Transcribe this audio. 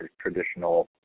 traditional